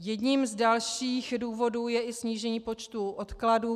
Jedním z dalších důvodů je i snížení počtu odkladů.